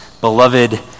beloved